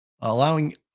allowing